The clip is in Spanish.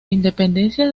independencia